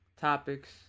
topics